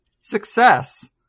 Success